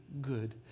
good